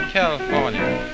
California